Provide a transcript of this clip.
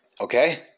okay